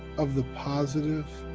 of the positive,